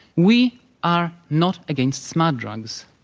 we are not against smart drugs.